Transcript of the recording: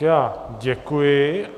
Já děkuji.